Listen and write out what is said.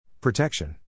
Protection